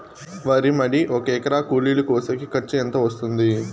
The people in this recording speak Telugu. వరి మడి ఒక ఎకరా కూలీలు కోసేకి ఖర్చు ఎంత వస్తుంది?